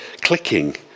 clicking